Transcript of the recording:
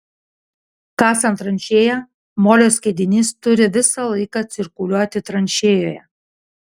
kasant tranšėją molio skiedinys turi visą laiką cirkuliuoti tranšėjoje